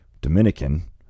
dominican